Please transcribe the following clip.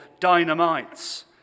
dynamites